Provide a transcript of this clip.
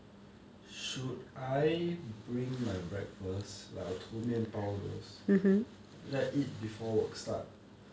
should I bring my breakfast like 涂面包 all those like eat before work start